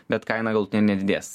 bet kaina galutinė nedidės